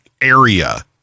area